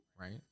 Right